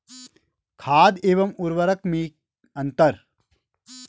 खाद एवं उर्वरक में अंतर?